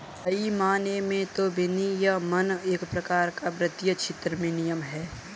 सही मायने में तो विनियमन एक प्रकार का वित्तीय क्षेत्र में नियम है